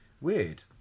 Weird